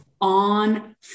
on